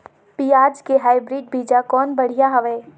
पियाज के हाईब्रिड बीजा कौन बढ़िया हवय?